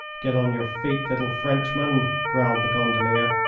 get on your feet, little frenchman, growled the gondolier.